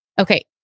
Okay